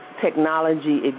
technology